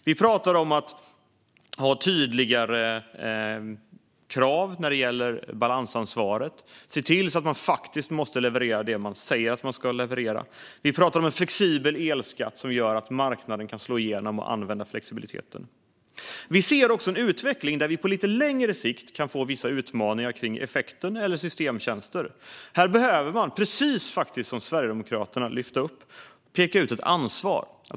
Vi talar om tydligare krav när det gäller balansansvaret och om att se till att man måste leverera det man säger att man ska leverera. Vi talar om en flexibel elskatt som gör att marknaden kan slå igenom och använda sig av flexibiliteten. Vi ser också en utveckling där vi på lite längre sikt kan få vissa utmaningar när det gäller effekt eller systemtjänster. Här behöver man, precis som Sverigedemokraterna faktiskt lyfte upp, peka ut ett ansvar.